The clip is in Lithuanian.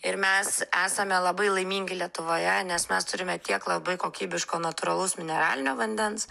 ir mes esame labai laimingi lietuvoje nes mes turime tiek labai kokybiško natūralaus mineralinio vandens